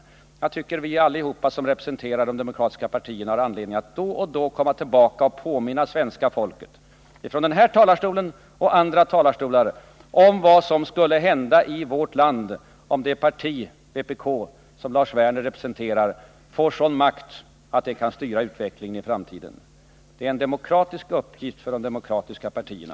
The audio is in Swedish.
Jag tycker att vi alla som representerar de demokratiska partierna har anledning att från denna talarstol och från andra talarstolar påminna svenska folket om vad som skulle hända i vårt land om det parti, vpk, som Lars Werner representerar får sådan makt att det kan styra utvecklingen i framtiden. Detta är en demokratisk uppgift för de demokratiska partierna.